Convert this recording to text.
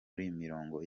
mirimo